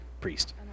priest